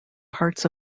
parts